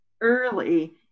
early